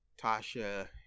Tasha